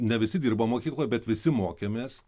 ne visi dirbom mokykloj bet visi mokėmės